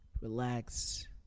Relax